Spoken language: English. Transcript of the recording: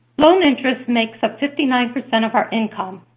loan interest makes up fifty nine percent of our income.